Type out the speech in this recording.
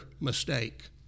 mistake